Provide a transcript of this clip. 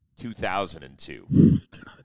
2002